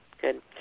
Good